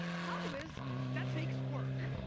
problem is that takes work.